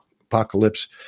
apocalypse